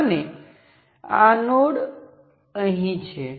તેથી સ્પષ્ટપણે અહીં આ V1 એ આ બેનું સુપરપોઝિશન છે જે Vth I1× Rth કહે છે